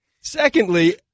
secondly